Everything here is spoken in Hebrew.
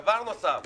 דבר נוסף,